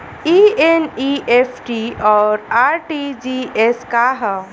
ई एन.ई.एफ.टी और आर.टी.जी.एस का ह?